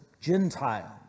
Gentile